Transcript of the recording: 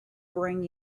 bring